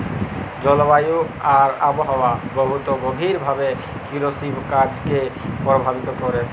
জলবায়ু আর আবহাওয়া বহুত গভীর ভাবে কিরসিকাজকে পরভাবিত ক্যরে